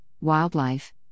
Wildlife